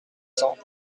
cents